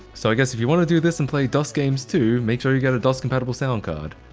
so i guess if you wanna do this and play dos games too, make sure you get a dos-compatible sound card.